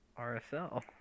RSL